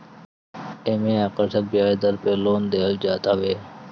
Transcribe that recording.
एमे आकर्षक बियाज दर पे लोन देहल जात हवे